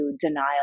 denial